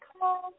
call